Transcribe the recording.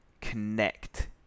connect